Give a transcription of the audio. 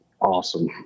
awesome